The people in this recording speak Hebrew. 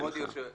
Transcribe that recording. כבוד היושב-ראש,